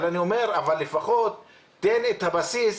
אבל אני אומר, לפחות תן את הבסיס